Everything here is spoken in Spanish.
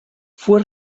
fue